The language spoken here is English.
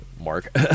Mark